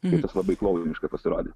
ir tas labai klouniška pasirodė